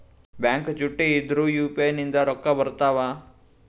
Bank ಚುಟ್ಟಿ ಇದ್ರೂ UPI ನಿಂದ ರೊಕ್ಕ ಬರ್ತಾವಾ?